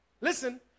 Listen